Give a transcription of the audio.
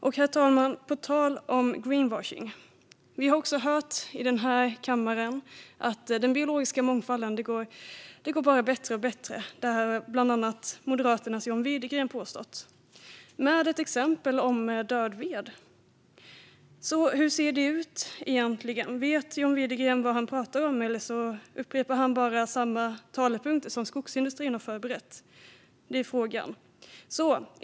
Och på tal om greenwashing, herr talman: Vi har också hört i denna kammare att det bara går bättre och bättre för den biologiska mångfalden. Det har bland andra Moderaternas John Widegren påstått, med ett exempel om död ved. Så hur ser det ut egentligen? Vet John Widegren vad han pratar om, eller upprepar han bara samma talepunkter som skogsindustrin har förberett? Det är frågan.